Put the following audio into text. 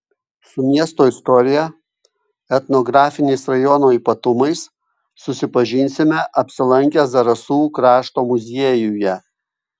su miesto istorija etnografiniais rajono ypatumais susipažinsime apsilankę zarasų krašto muziejuje